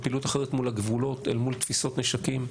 פעילות אחרת מול הגבולות אל מול תפיסות נשקים.